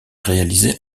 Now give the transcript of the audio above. réalisée